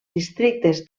districtes